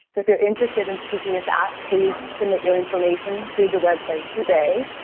if you're interested in speaking at that, please submit your information through the website today.